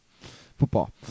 Football